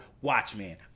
Watchmen